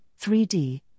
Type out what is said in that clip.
3D